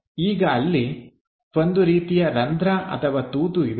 ಈಗ ಅಲ್ಲಿ ಒಂದು ರೀತಿಯ ರಂಧ್ರ ಅಥವಾ ತೂತು ಇದೆ